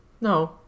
No